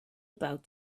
about